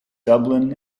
dublin